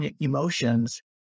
emotions